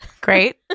Great